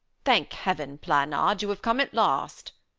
thank heaven, planard, you have come at last,